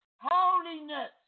holiness